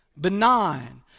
Benign